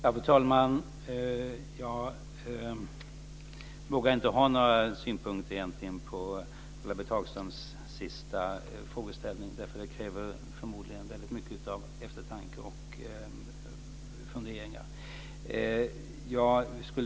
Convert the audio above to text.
Fru talman! Jag vågar inte ha några synpunkter på Ulla-Britt Hagströms avslutande frågeställning. Den kräver förmodligen väldigt mycket av eftertanke och funderingar.